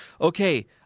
Okay